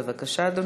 בבקשה, אדוני.